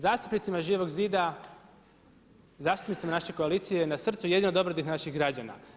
Zastupnicima Živog zida, zastupnicima naše koalicije je na srcu jedino dobrobit naših građana.